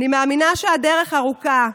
אני מאמינה שהדרך ארוכה.